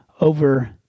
over